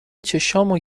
چشامو